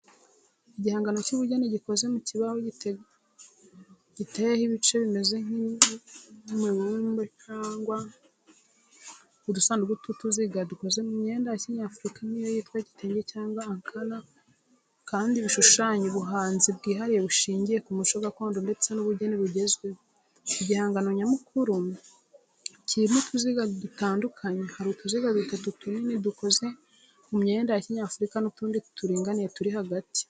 Igihangano cy’ubugeni gikoze ku kibaho giteyeho ibice bimeze nk’imibumbe cyangwa udusanduku tw’uduziga, dukozwe mu myenda ya kinyafurika nk’iyo yitwa kitenge cyangwa ankara kandi bishushanya ubuhanzi bwihariye bushingiye ku mico gakondo ndetse n’ubugeni bugezweho. Igihangano nyamukuru kirimo utuziga dutandukanye: hari utuziga dutanu tunini dukoze mu myenda ya kinyafurika, n’utundi turinganiye turi hagati.